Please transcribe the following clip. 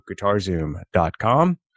GuitarZoom.com